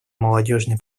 молодежной